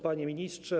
Panie Ministrze!